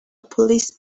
police